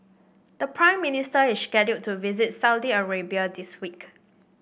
the Prime Minister is scheduled to visit Saudi Arabia this week